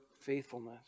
faithfulness